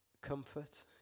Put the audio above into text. comfort